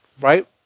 Right